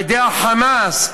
על-ידי ה"חמאס".